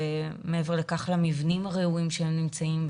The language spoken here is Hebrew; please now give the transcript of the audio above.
על המבנים הרעועים שבו הן נמצאות,